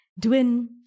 Dwin